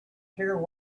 care